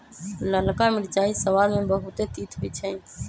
ललका मिरचाइ सबाद में बहुते तित होइ छइ